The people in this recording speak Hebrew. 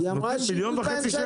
אז נתנו 1.5 מיליון שקל.